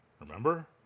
Remember